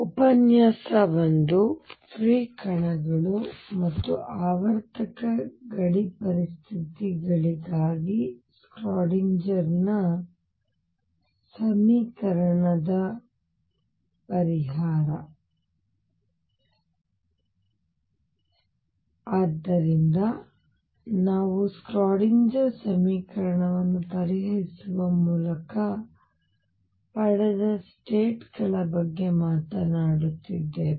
free ಕಣಗಳು ಮತ್ತು ಆವರ್ತಕ ಗಡಿ ಪರಿಸ್ಥಿತಿಗಳಿಗಾಗಿ ಸ್ಕ್ರಾಡಿನ್ಜರ್ನ ಸಮೀಕರಣದ ಪರಿಹಾರ ಆದ್ದರಿಂದ ನಾವು ಸ್ಕ್ರಾಡಿನ್ಜರ್ ಸಮೀಕರಣವನ್ನು ಪರಿಹರಿಸುವ ಮೂಲಕ ಪಡೆದ ಸ್ಟೇಟ್ ಗಳ ಬಗ್ಗೆ ಮಾತನಾಡುತ್ತಿದ್ದೇವೆ